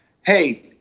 hey